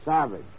savage